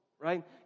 Right